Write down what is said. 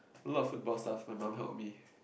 lots of football stuff my mum help me